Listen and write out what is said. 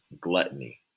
gluttony